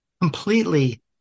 completely